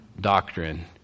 doctrine